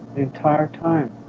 entire time